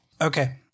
Okay